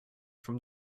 from